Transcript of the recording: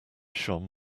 shone